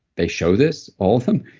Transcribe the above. they show this, all of them.